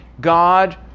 god